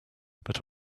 but